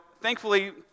Thankfully